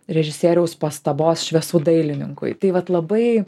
režisieriaus pastabos šviesų dailininkui tai vat labai